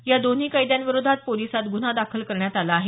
या दोन्ही कैद्यांविरोधात पोलिसांत गुन्हा दाखल करण्यात आला आहे